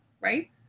right